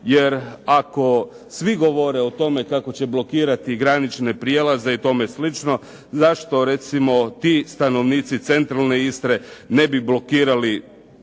jer ako svi govore o tome kako će blokirati granične prijelaze i tome slično, zašto recimo ti stanovnici centralne Istre ne bi blokirali